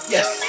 Yes